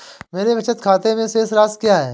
मेरे बचत खाते में शेष राशि क्या है?